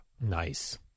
Nice